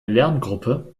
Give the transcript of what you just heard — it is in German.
lerngruppe